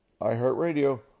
iHeartRadio